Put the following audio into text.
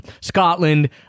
Scotland